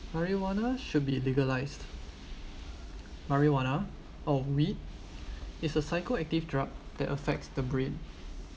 marijuana should be legalised marijuana or weed it's a psychoactive drugs that affects the brain